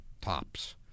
tops